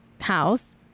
house